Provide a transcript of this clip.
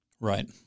Right